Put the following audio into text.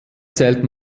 zählt